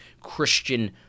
Christian